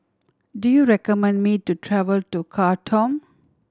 do you recommend me to travel to Khartoum